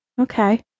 okay